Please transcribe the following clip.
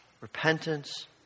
repentance